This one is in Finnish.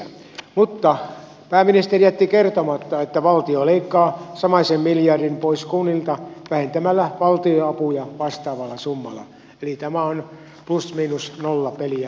mutta pääministeri jätti kertomatta että valtio leikkaa samaisen miljardin pois kunnilta vähentämällä valtionapuja vastaavalla summalla eli tämä on plus miinus nolla peliä minun mielestäni